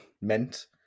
meant